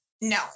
No